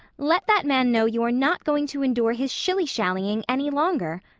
let that man know you are not going to endure his shillyshallying any longer.